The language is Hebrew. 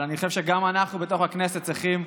אבל אני חושב שגם אנחנו, בתוך הכנסת, צריכים